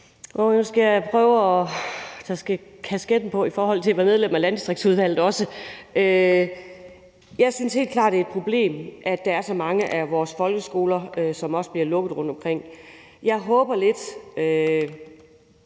Jeg skal jeg prøve at tage kasketten for Landdistriktsudvalget på også. Jeg synes helt klart, det er et problem, at der er så mange af vores folkeskoler, som bliver lukket rundtomkring. Jeg håber lidt,